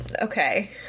Okay